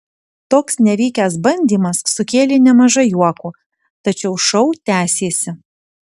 toks nevykęs bandymas sukėlė nemažai juoko tačiau šou tęsėsi